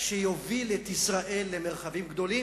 שיוביל את ישראל למרחבים גדולים.